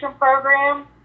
program